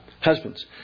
Husbands